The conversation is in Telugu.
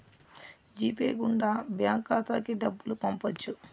జీ పే గుండా బ్యాంక్ ఖాతాకి డబ్బులు పంపొచ్చు